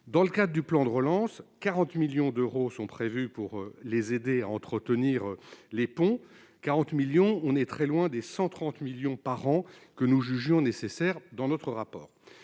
dans le cas du plan de relance 40 millions d'euros sont prévus pour les aider à entretenir les ponts 40 millions on est très loin des 130 millions par an que nous jugeons nécessaire dans notre rapport,